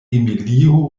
emilio